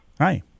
Hi